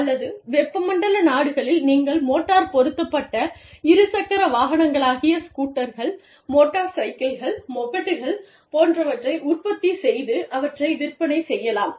அல்லது வெப்பமண்டல நாடுகளில் நீங்கள் மோட்டார் பொருத்தப்பட்ட இரு சக்கர வாகனங்களாகிய ஸ்கூட்டர்கள் மோட்டார் சைக்கிள்கள் மொபெட்கள் போன்றவற்றை உற்பத்தி செய்து அவற்றை விற்பனை செய்யலாம்